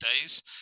days